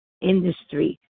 industry